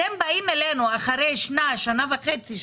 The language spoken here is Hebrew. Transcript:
אתם באים אלינו אחרי שנה וחצי,